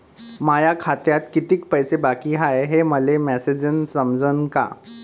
माया खात्यात कितीक पैसे बाकी हाय हे मले मॅसेजन समजनं का?